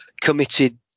committed